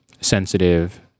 sensitive